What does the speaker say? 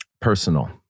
personal